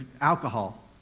alcohol